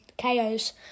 KOs